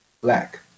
black